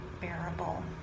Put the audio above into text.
bearable